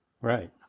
Right